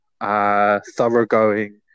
thoroughgoing